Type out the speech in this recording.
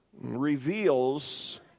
reveals